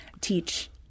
teach